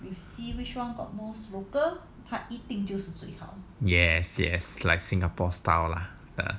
yes yes like singapore style lah